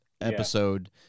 episode